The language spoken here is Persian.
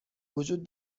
وجود